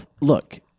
look